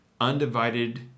undivided